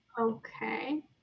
Okay